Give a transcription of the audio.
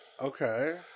Okay